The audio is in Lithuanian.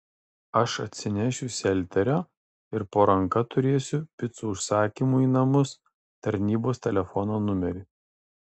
aš atsinešiu selterio ir po ranka turėsiu picų užsakymų į namus tarnybos telefono numerį